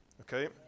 Okay